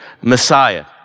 Messiah